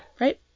Right